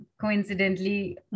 coincidentally